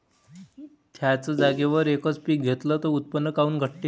थ्याच जागेवर यकच पीक घेतलं त उत्पन्न काऊन घटते?